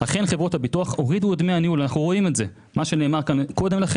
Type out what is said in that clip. אכן חברות הביטוח הורידו את דמי הניהול.